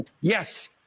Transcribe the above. Yes